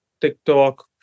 TikTok